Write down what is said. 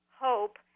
hope